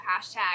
hashtag